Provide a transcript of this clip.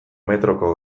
metroko